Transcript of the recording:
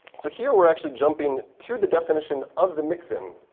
so here, we're actually jumping to the definition of the mix in.